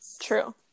true